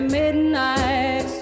midnight